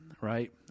right